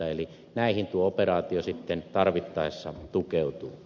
näihin tuo operaatio sitten tarvittaessa tukeutuu